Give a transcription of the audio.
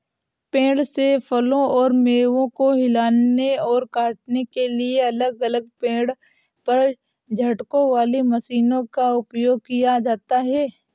पेड़ से फलों और मेवों को हिलाने और काटने के लिए अलग अलग पेड़ पर झटकों वाली मशीनों का उपयोग किया जाता है